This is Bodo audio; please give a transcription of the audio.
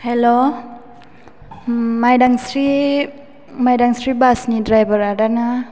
हेल' मायदांस्रि मायदांस्रि बास नि द्राइभार आदा ना